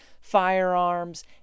firearms